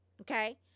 Okay